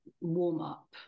warm-up